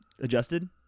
Adjusted